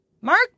Mark